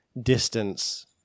distance